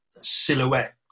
silhouette